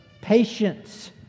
patience